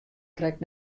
krekt